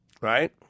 right